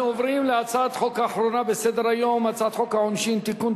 אנחנו עוברים להצעת החוק האחרונה בסדר-היום: הצעת חוק העונשין (תיקון,